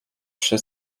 przy